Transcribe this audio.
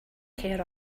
care